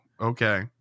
Okay